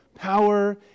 power